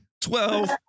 Twelve